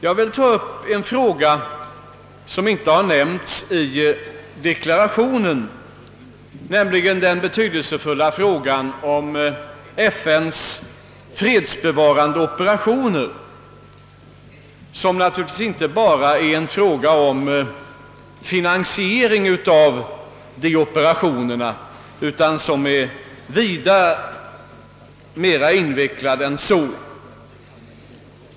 Jag vill ta upp en fråga som inte nämnts i deklarationen, nämligen den betydelsefulla frågan om FN:s fredsbevarande operationer, som naturligtvis inte bara är en fråga om finansiering av dessa operationer utan som är vida mer invecklad än så.